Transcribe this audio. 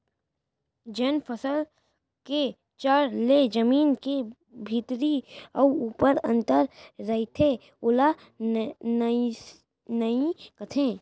जेन फसल के जर ले जमीन के भीतरी अउ ऊपर अंगत रइथे ओला नइई कथें